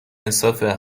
انصافه